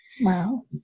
Wow